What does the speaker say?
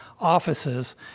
offices